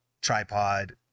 tripod